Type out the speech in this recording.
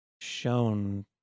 shown